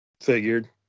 Figured